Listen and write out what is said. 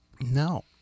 no